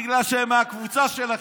בגלל שהם מהקבוצה שלכם.